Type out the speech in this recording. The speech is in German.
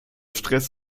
stress